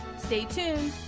stay tuned.